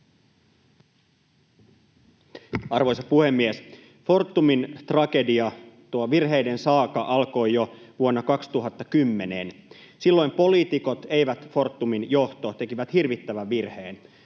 Arvoisa puhemies! Fortumin tragedia, tuo virheiden saaga, alkoi jo vuonna 2010. Silloin poliitikot — ei Fortumin johto — tekivät hirvittävän virheen.